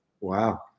Wow